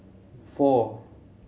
four